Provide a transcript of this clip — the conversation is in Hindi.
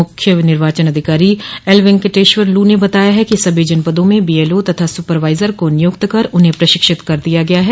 मूख्य निर्वाचन अधिकारी एलवेंकटेश्वर लू ने बताया है कि सभी जनपदों में बीएलओ तथा सुपरवाइजर को नियुक्त कर उन्हें प्रशिक्षित कर दिया गया है